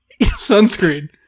Sunscreen